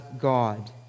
God